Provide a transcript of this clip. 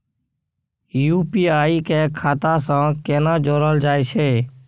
UPI के खाता सं केना जोरल जाए छै?